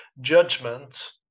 judgment